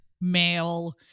male